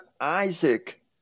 Isaac